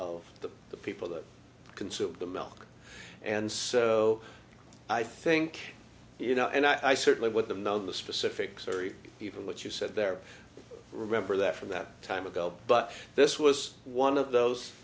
the the people that consume the milk and so i think you know and i certainly would have known the specific story even what you said there remember that from that time ago but this was one of those